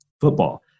football